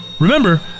Remember